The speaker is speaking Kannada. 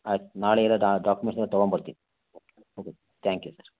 ಆಯ್ತು ನಾಳೆ ಎಲ್ಲ ಡಾಕ್ಯುಮೆಂಟ್ಸ್ ಎಲ್ಲ ತೊಗೊಂಬರ್ತೀನಿ ಓಕೆ ಥ್ಯಾಂಕ್ ಯು ಸರ್